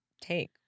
take